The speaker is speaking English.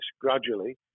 gradually